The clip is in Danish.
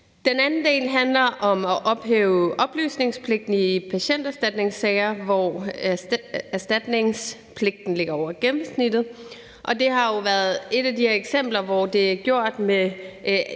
Den anden del handler om at ophæve oplysningspligten i patienterstatningssager, hvor erstatningspligten ligger over gennemsnittet, og det har jo været et af de her eksempler, hvor det er gjort med